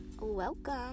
Welcome